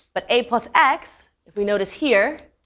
but a plus x, if we notice here,